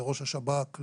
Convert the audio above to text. לראש השב"כ,